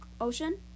Ocean